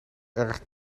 erg